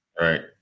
Right